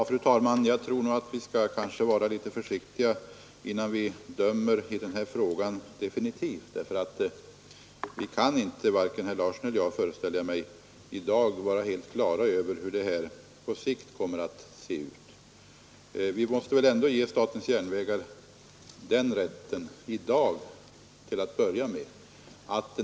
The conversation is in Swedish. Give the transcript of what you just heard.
Fru talman! Jag tror att vi skall vara litet försiktiga med att döma definitivt i denna fråga. Jag föreställer mig nämligen att varken herr Larsson i Umeå eller jag i dag är helt på det klara med hur den verksamhet det här är fråga om på sikt kommer att utvecklas.